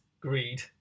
greed